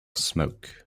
smoke